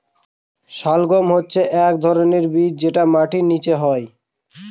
শালগাম হচ্ছে এক ধরনের সবজি যেটা মাটির নীচে হয়